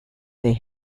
they